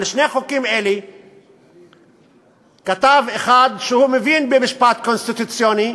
על שני חוקים אלה כתב אחד שמבין במשפט קונסטיטוציוני,